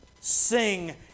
sing